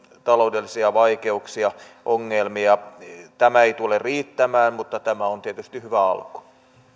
taloudellisia vaikeuksia ongelmia tämä ei tule riittämään mutta tämä on tietysti hyvä alku